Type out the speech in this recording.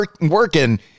working